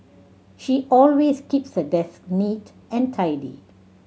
she always keeps her desk neat and tidy